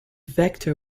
vector